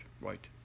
Right